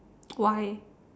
why